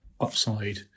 upside